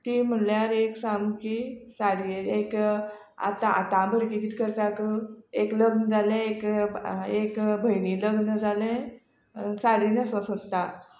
ती म्हणल्यार एक सामकी साडये एक आतां आतां भुरगीं कितें करतात एक लग्न जालें एक भयणी लग्न जालें साडी न्हेसपाक सोदता